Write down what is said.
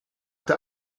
der